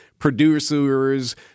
producers